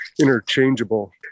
interchangeable